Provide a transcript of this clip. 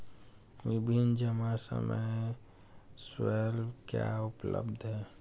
विभिन्न जमा समय स्लैब क्या उपलब्ध हैं?